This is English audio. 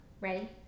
Ready